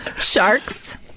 Sharks